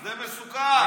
זה מסוכן.